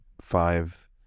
five